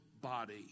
body